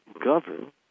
govern